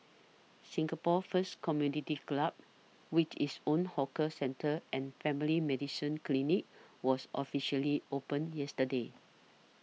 Singapore's first community club with its own hawker centre and family medicine clinic was officially opened yesterday